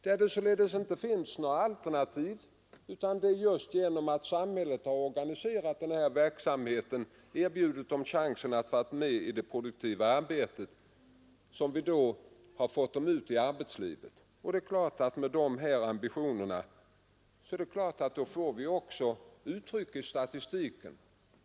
De har inte haft något alternativ. Det är genom att samhället organiserat denna verksamhet och erbjudit dem chansen att vara med i det produktiva arbetet som vi har fått dem ut i arbetslivet. Dessa ambitioner ger naturligtvis också utslag i statistiken.